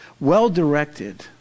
well-directed